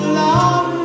love